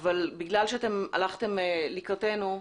אבל בגלל שאתם הלכתם לקראתנו,